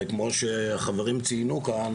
וכמו שהחברים ציינו כאן,